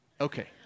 Okay